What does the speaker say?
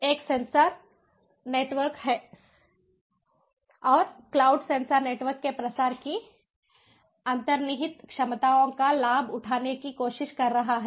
एक sensor network है और क्लाउड सेंसर नेटवर्क के प्रसार की अंतर्निहित क्षमताओं का लाभ उठाने की कोशिश कर रहा है